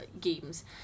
games